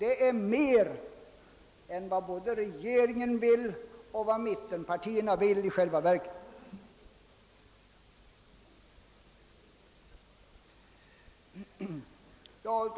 Detta är mer än vad både regeringen och mittenpartierna i själva verket vill bevilja.